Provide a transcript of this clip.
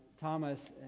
Thomas